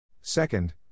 Second